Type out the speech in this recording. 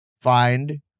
find